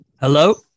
Hello